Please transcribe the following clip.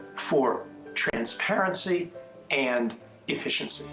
for transparency and efficiency.